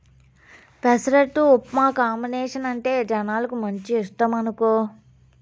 పెసరట్టు ఉప్మా కాంబినేసనంటే జనాలకు మంచి ఇష్టమనుకో